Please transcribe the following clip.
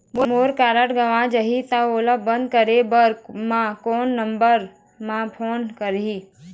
मोर card गंवा जाही त ओला बंद करें बर मैं कोन नंबर म फोन करिह?